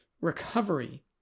recovery